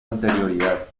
anterioridad